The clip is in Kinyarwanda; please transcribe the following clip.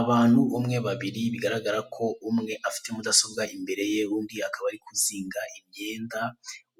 Abantu umwe babiri bigaragara ko umwe afite mudasobwa imbere ye undi akaba ari kuzinga imyenda,